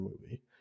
movie